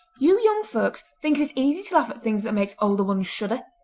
you young folks thinks it easy to laugh at things that makes older ones shudder.